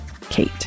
Kate